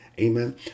Amen